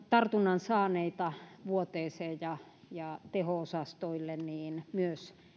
tartunnan saaneita vuoteeseen ja ja teho osastoille myös kaataa